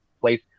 place